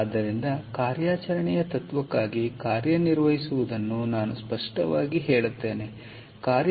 ಆದ್ದರಿಂದ ಕಾರ್ಯಾಚರಣೆಯ ತತ್ವಕ್ಕಾಗಿ ಕಾರ್ಯನಿರ್ವಹಿಸುವುದನ್ನು ನಾನು ಸ್ಪಷ್ಟವಾಗಿ ಹೇಳುತ್ತೇನೆ